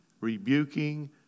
rebuking